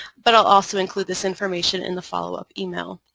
but also include this information in the follow-up email.